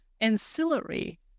ancillary